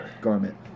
garment